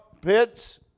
pits